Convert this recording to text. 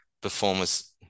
performance